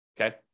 Okay